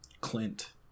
Clint